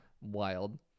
Wild